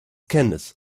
candice